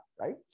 Right